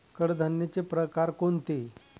कडधान्याचे प्रकार कोणते?